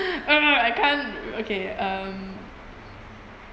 oh no I can't okay um